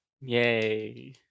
yay